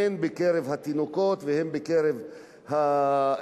הן בקרב התינוקות והן בקרב המבוגרים,